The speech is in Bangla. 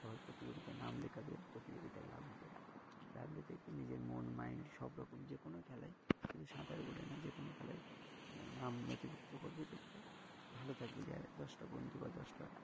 সবাই প্রতিযোগিতায় নাম লেখাবে প্রতিযোগিতায় নামলে নামলে দেখবে নিজের মন মাইন্ড সব রকম যে কোনো খেলায় শুধু সাঁতার বলে না যে কোনো খেলায় নাম নথিভুক্ত করবে দেখবে ভালো থাকবে য দশটা বন্ধু বা দশটা